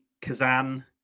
Kazan